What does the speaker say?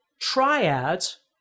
triads